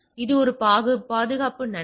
எனவே இது ஒரு பாதுகாப்பு நன்மை